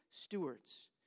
Stewards